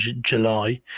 July